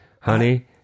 Honey